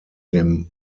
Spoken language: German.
dem